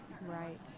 Right